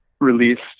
released